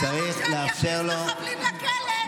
כשאני אכניס מחבלים לכלא,